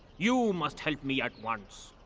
you must help me at once.